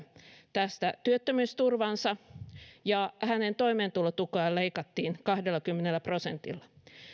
tästä työttömyysturvansa ja hänen toimeentulotukeaan leikattiin kahdellakymmenellä prosentilla